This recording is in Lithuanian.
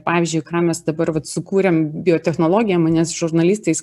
pavyzdžiui ką mes dabar vat sukūrėm biotechnologija manęs žurnalistais